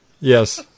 Yes